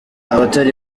abatari